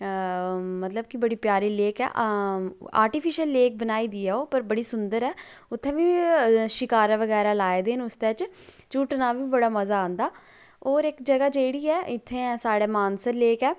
मतलब कि बड़ी प्यारी लेक ऐ आर्टीफिशल लेक बनाई दी ऐ ओह् पर बड़ी सुंदर ऐ उत्थै बी शकारे बगैरा लाए दे न उसतै च झूटना बी बड़ा मज़ आंदा होर इक जगह जेह्ड़ी ऐ इत्थै ऐ साढ़ै मानसर लेक ऐ